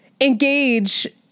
Engage